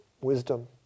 wisdom